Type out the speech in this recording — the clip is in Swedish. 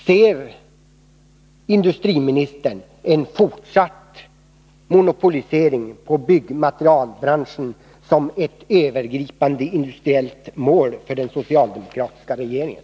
Ser industriministern en fortsatt monopolisering inom byggmaterialbranschen som ett övergripande industriellt mål för den socialdemokratiska regeringen?